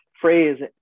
phrase